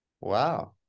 wow